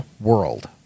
World